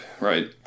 right